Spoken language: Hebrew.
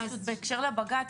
פשוט בהקשר לבג"ץ,